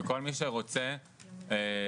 וכל מי שרוצה יכול להעיר,